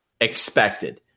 expected